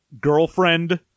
girlfriend